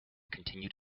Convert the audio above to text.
continued